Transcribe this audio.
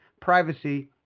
privacy